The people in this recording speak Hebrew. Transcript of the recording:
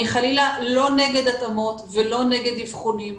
אני חלילה לא נגד התאמות ולא נגד אבחונים,